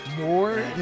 more